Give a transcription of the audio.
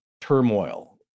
turmoil